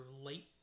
late